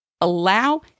Allow